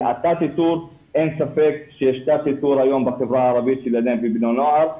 כי אין ספק שיש תת איתור היום בחברה הערבית של ילדים ובני נוער.